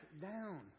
down